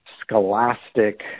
scholastic